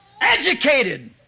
educated